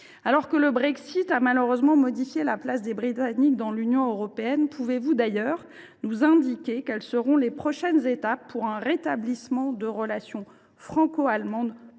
Alors que le Brexit a malheureusement modifié la place des Britanniques dans l’Europe, pouvez vous nous indiquer quelles seront les prochaines étapes du rétablissement de relations franco allemandes